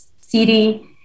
city